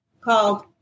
called